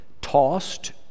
tossed